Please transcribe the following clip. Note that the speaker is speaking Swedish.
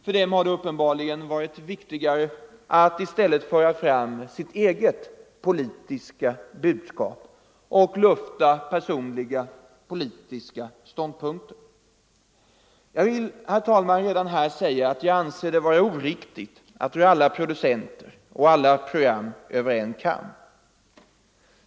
För dem har det varit viktigare att i stället föra fram sitt eget politiska budskap och lufta personliga politiska ståndpunkter. Jag vill, herr talman, redan här säga att jag anser det vara oriktigt att skära alla producenter och alla program över en kam.